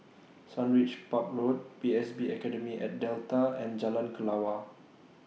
Sundridge Park Road P S B Academy At Delta and Jalan Kelawar